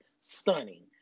stunning